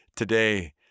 Today